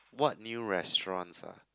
what new restaurants ah